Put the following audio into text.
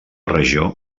regió